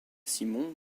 simon